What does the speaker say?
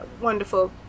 Wonderful